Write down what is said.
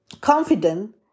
confident